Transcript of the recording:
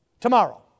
tomorrow